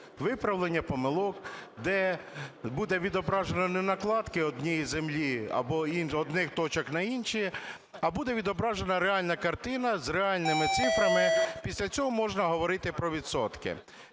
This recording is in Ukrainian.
виправлення помилок, де буде відображено не накладки однієї землі або одних точок на інші, а буде відображена реальна картина з реальними цифрами. Після цього можна говорити про відсотки.